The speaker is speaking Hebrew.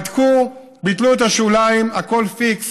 בדקו, ביטלו את השוליים, הכול פיקס.